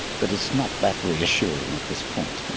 but it's not that reassuring at this point.